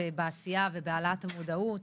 בעשייה ובהעלאת המודעות,